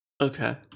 Okay